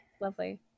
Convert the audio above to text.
Lovely